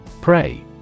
Pray